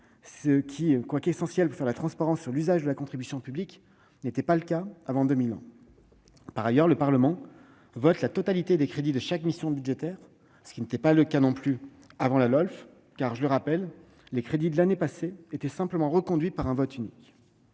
que ce soit essentiel pour faire la transparence sur l'usage de la contribution publique. Par ailleurs, le Parlement vote la totalité des crédits de chaque mission budgétaire, ce qui n'était pas non plus le cas avant la LOLF, car, je le rappelle, les crédits de l'année précédente étaient simplement reconduits par un vote unique.